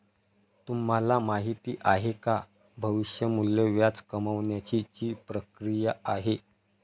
तुम्हाला माहिती आहे का? भविष्य मूल्य व्याज कमावण्याची ची प्रक्रिया आहे